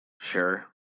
sure